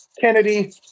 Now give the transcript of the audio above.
kennedy